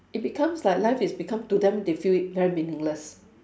it becomes like life is become to them they feel it very meaningless